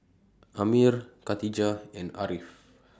Ammir Katijah and Ariff